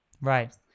Right